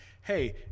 hey